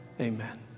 Amen